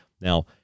Now